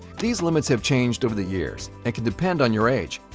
these limits have changed over the years and can depend on your age,